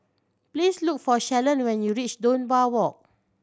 please look for Shalon when you reach Dunbar Walk